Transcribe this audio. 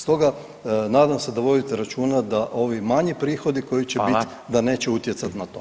Stoga nadam se da vodite računa da ovi manji prihodi koji će [[Upadica: Hvala.]] bit da neće utjecati na to.